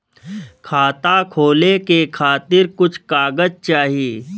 खाता खोले के खातिर कुछ कागज चाही?